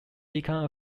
became